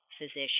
physician